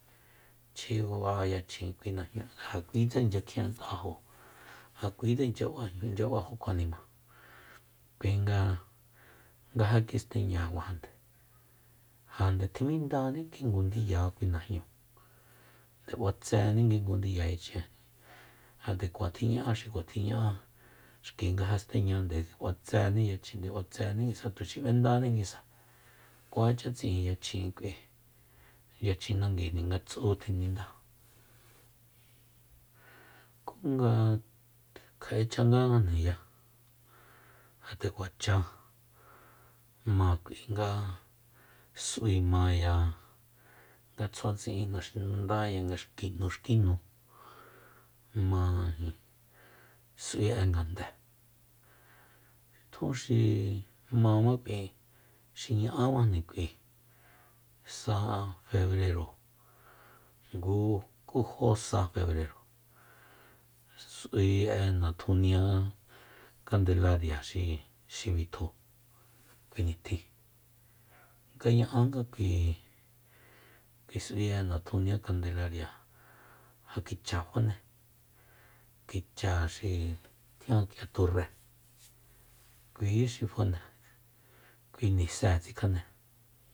Chji ba'a yachjin kui najñúu ja kuitse inchya kjient'ajo ja kuitse incha ba- b'ajo kjuanima kuinga nga ja kisteña kjuajande ja nde tjimindaní ki ngu ndiya kui najñu nde b'atseni kingu diya yachjin ja nde kua tjiña'a xi kua tjiña'a xki nga ja kisteña nde b'atséni nguisa tuxi b'endani nguisa kuacha tsi'in yachjin k'ui yachjin nanguijni nga tsu tjininda ku nga kja'echa ngangajniya ja nde kuacha ma k'ui nga s'ui maya nga tsjua tsi'in naxinandaya nga xkinu xkinu ma s'ui'e ngande tjunxi mamák'ui xi ña'amajni k'ui sa febrero ngu ku jo sa febrero s'ui'e natjunia kandelaria xi- xi bitju kui nitjin nga ña'anga k'ui- kui s'ui'e natjunia kandelaria ja kicha fane kicha xi tjian k'ia turrée kui xi fane kui nisée tsikjane